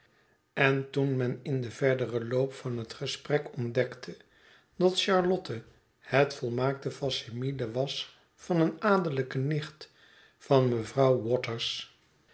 en toen men in den verderen loop van het gesprek ontdekte dat charlotte het volmaakte fac simile was van eene adellijke nicht van mevrouw waters